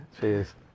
Cheers